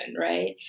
right